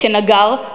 כנגר,